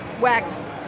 wax